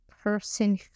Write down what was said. person